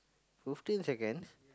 fifteen seconds